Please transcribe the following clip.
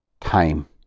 time